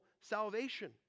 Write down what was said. salvation